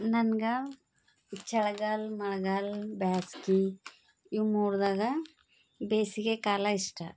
ನನ್ಗೆ ಚಳಿಗಾಲ್ ಮಳೆಗಾಲ್ ಬೇಸಿಗೆ ಇವು ಮೂರ್ದಾಗ ಬೇಸಿಗೆ ಕಾಲ ಇಷ್ಟ